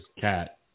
cat